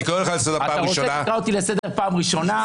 אני קורא לך לסדר בפעם הראשונה.